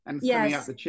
Yes